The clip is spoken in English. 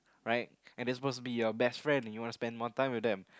right and it's supposed to be your best friend you wanna spend more time with them